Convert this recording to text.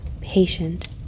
patient